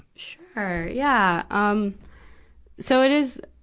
sure, yeah. um so it is,